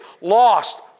lost